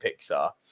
pixar